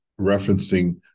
referencing